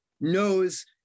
knows